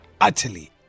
utterly